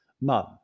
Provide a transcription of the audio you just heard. mum